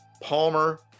Palmer